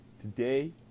today